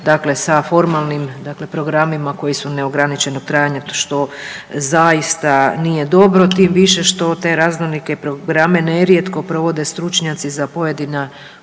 Dakle sa formalnim dakle programima koji su neograničenog trajanja to što zaista nije dobro tim više što te raznolike programe nerijetko provode stručnjaci za pojedina